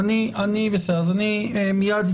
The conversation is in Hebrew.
אנחנו מעמידים